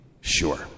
sure